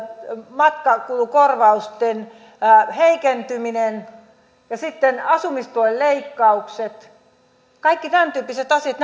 matkakulukorvausten heikentyminen ja asumistuen leikkaukset kaikki tämäntyyppiset asiat